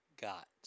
got